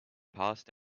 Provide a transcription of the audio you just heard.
past